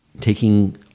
taking